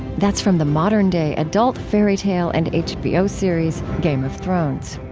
that's from the modern-day adult fairy tale and hbo series game of thrones.